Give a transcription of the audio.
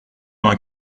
main